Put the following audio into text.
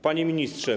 Panie Ministrze!